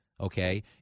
okay